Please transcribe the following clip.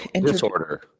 Disorder